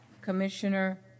Commissioner